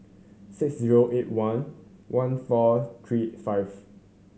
six zero eight one one four three five